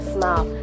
Smile